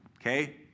Okay